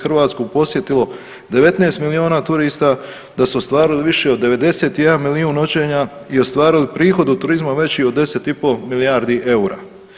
Hrvatsku posjetilo 19 milijuna turista, da su ostvarili više od 91 milijun noćenja i ostvarili prihod od turizma veći od 10 i pol milijardi eura.